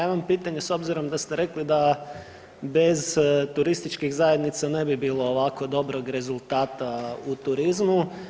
Evo, ja imam pitanje s obzirom da ste rekli da bez turističkih zajednica ne bi bilo ovako dobrog rezultata u turizmu.